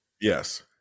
Yes